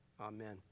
amen